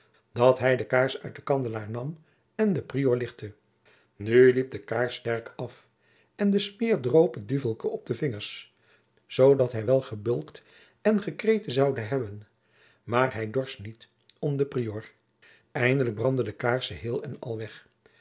dat hum de keerse oet den kandelaôr nam en den prior lichtte nu liep de keerse sterk of en de smeer droop het duvelke op de vingers zoodat hum wel ebulkt en ekreten zoude hebben maôr hum dorst niet om den prior eindelijk brandde de keerse hiel en al weg